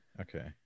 Okay